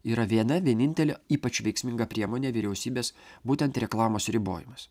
yra viena vienintelė ypač veiksminga priemonė vyriausybės būtent reklamos ribojimas